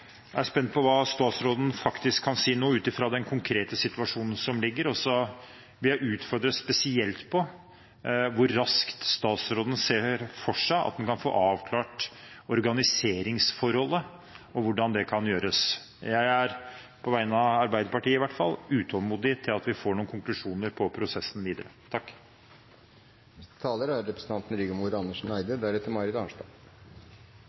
Jeg er spent på hva statsråden nå faktisk kan si ut fra den konkrete situasjonen som er, og så vil jeg utfordre spesielt på hvor raskt statsråden ser for seg at en kan få avklart organiseringsforholdet og hvordan det kan gjøres. Jeg er på vegne av Arbeiderpartiet i hvert fall utålmodig etter å få noen konklusjoner på prosessen videre.